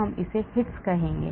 हम इसे हिट्स कहेंगे